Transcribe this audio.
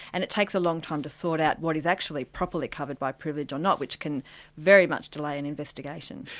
and it takes a long time to sort out what is actually properly covered by privilege or not, which can very much delay an investigation.